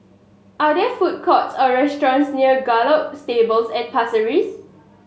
are there food courts or restaurants near Gallop Stables at Pasir Ris